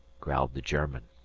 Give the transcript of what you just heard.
growled the german.